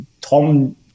Tom